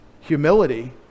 humility